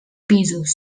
pisos